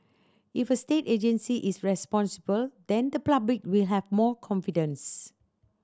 if a state agency is responsible then the public will have more confidence